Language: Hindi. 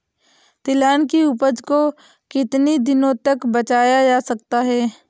तिलहन की उपज को कितनी दिनों तक बचाया जा सकता है?